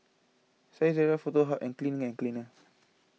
Saizeriya Foto Hub and Clean and cleaner